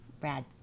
Brad